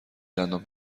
دندان